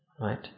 right